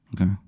okay